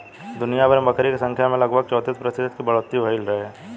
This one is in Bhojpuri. दुनियाभर में बकरी के संख्या में लगभग चौंतीस प्रतिशत के बढ़ोतरी भईल रहे